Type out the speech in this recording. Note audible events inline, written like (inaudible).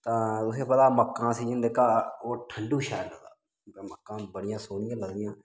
तां तुसेंगी पता मक्कां असें गी (unintelligible) ओह् ठंडू शैल लगदा ब मक्कां बड़ियां सोह्नियां लगदियां